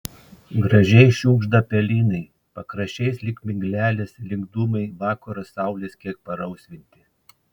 gražiai šiugžda pelynai pakraščiais lyg miglelės lyg dūmai vakaro saulės kiek parausvinti